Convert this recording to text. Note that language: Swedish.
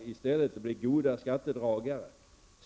De kan i stället bli goda skattedragare.